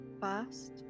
First